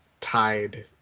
tied